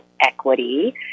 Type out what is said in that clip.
Equity